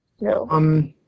No